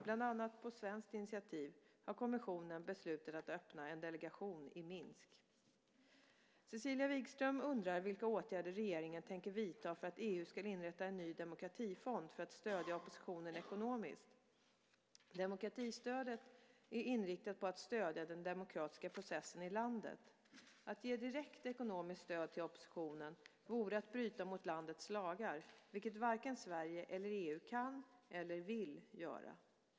Bland annat på svenskt initiativ har kommissionen beslutat att öppna en delegation i Minsk. Cecilia Wigström undrar vilka åtgärder regeringen tänker vidta för att EU ska inrätta en ny demokratifond för att stödja oppositionen ekonomiskt. Demokratistödet är inriktat på att stödja den demokratiska processen i landet. Att ge direkt ekonomiskt stöd till oppositionen vore att bryta mot landets lagar, vilket varken Sverige eller EU kan eller vill göra.